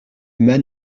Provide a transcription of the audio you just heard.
mas